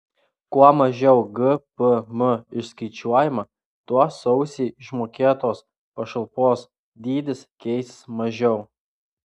kuo mažiau gpm išskaičiuojama tuo sausį išmokėtos pašalpos dydis keisis mažiau